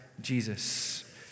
Jesus